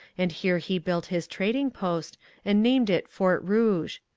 and here he built his trading post and named it fort rouge.